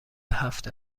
هفت